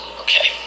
Okay